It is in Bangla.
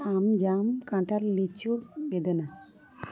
আম জাম কাঁঠাল লিচু বেদানা